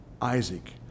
Isaac